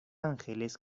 ángeles